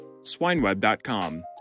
SwineWeb.com